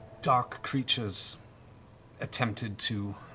dark creatures attempted to,